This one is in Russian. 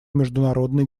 международной